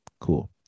cool